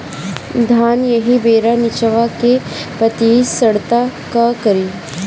धान एही बेरा निचवा के पतयी सड़ता का करी?